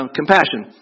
compassion